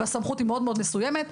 והסמכות היא מסוימת מאוד.